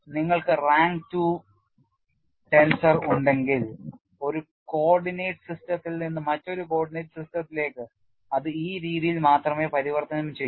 നിങ്ങൾക്ക് rank 2 tensor ഉണ്ടെങ്കിൽ ഒരു കോർഡിനേറ്റ് സിസ്റ്റത്തിൽ നിന്ന് മറ്റൊരു കോർഡിനേറ്റ് സിസ്റ്റത്തിലേക്ക് അത് ഈ രീതിയിൽ മാത്രമേ പരിവർത്തനം ചെയ്യൂ